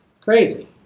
crazy